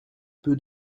peu